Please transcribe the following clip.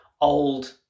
old